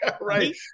Right